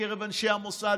מקרב אנשי המוסד,